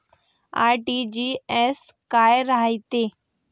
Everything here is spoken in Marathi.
आर.टी.जी.एस काय रायते?